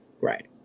Right